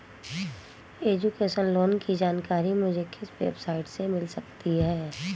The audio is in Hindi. एजुकेशन लोंन की जानकारी मुझे किस वेबसाइट से मिल सकती है?